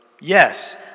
Yes